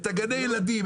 את גני הילדים,